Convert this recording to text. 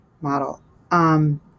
model